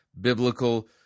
biblical